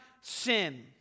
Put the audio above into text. sin